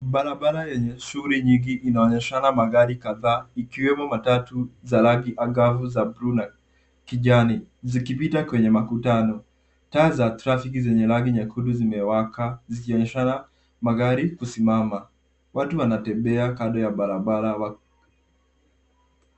Barabara yenye shughuli nyingi inaonyeshana magari kadhaa, ikiwemo matatu za rangi angavu za bluu na kijani zikipita kwenye makutano. Taa za trafiki zenye rangi nyekundu zimewaka, zikionyeshana magari kusimama. Watu wanatembea kando ya barabara.